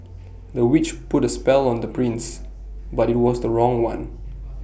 the witch put A spell on the prince but IT was the wrong one